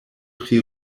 pri